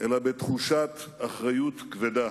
אלא בתחושת אחריות כבדה.